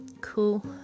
cool